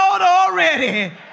already